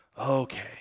Okay